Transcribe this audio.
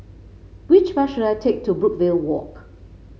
which bus should I take to Brookvale Walk